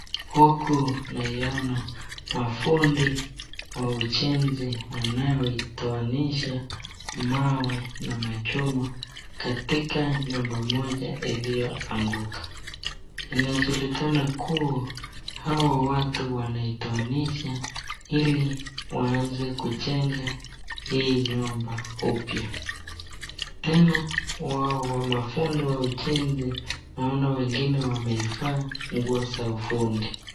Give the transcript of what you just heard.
Huku naiona wafundi wa ujenzi wanayoitoanisha mawe na machuma katika nyumba moja iliyoanguka inajulikana kuwa hawa watu wanaitoanisha ili waanze kujenga hii nyumba upya, tena wao mafundi wa ujenzi naona wengine wameivalia nguo za kiufundi.